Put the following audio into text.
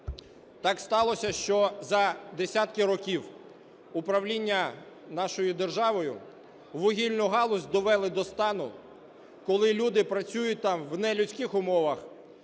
Так сталося, що за десятки років управління нашою державою вугільну галузь довели до стану, коли люди працюють там в нелюдських умовах,